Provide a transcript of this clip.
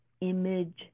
image